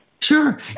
Sure